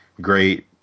great